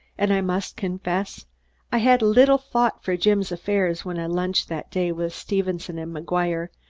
and i must confess i had little thought for jim's affairs when i lunched that day with stevenson and mcguire,